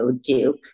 Duke